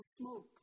smoke